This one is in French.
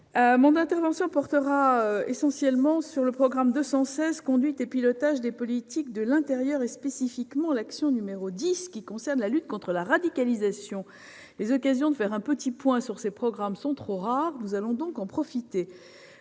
mon intervention portera essentiellement sur le programme 216, « Conduite et pilotage des politiques de l'intérieur », et spécifiquement sur l'action n° 10, qui concerne la lutte contre la radicalisation. Les occasions de faire un petit point sur ces programmes sont trop rares ; nous allons donc en profiter.